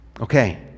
okay